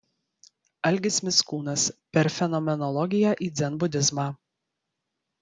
algis mickūnas per fenomenologiją į dzenbudizmą